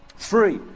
Three